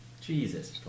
Jesus